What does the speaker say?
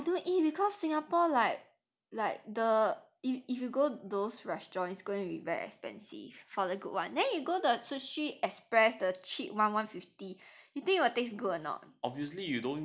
I do eat because singapore like like the if you if you go those restaurants it's going to be very expensive for the good one then you go the sushi express the cheap one one fifty you think your taste good or not